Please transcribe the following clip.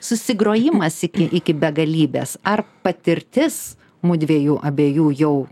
susigrojimas iki iki begalybės ar patirtis mudviejų abiejų jau